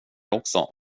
också